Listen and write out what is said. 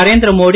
Narendra Modi